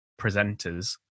presenters